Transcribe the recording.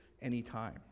anytime